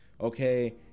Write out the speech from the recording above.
okay